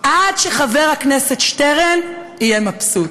עד שחבר הכנסת שטרן יהיה מבסוט.